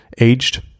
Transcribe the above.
aged